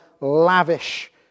lavish